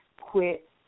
Quit